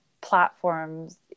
platforms